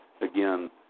again